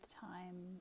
time